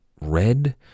red